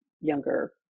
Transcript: younger